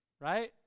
right